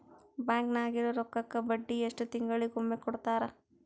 Bank ನಾಗಿರೋ ರೊಕ್ಕಕ್ಕ ಬಡ್ಡಿ ಎಷ್ಟು ತಿಂಗಳಿಗೊಮ್ಮೆ ಕೊಡ್ತಾರ?